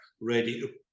ready